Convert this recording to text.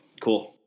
Cool